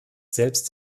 selbst